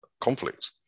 conflict